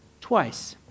twice